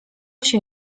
się